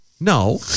No